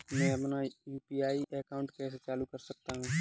मैं अपना UPI account कैसे चालू कर सकता हूँ?